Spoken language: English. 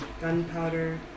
gunpowder